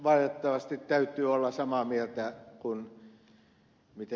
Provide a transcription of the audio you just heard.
valitettavasti täytyy olla samaa mieltä kuin ed